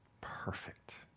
perfect